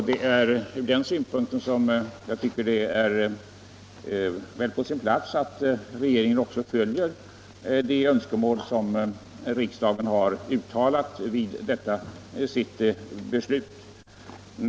Det är ur den synpunkten på sin plats att regeringen också tillmötesgår det önskemål som riksdagen har uttalat vid detta sitt beslut.